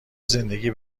زندگی